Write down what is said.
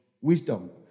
wisdom